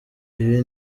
ibi